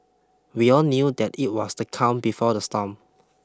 we all knew that it was the calm before the storm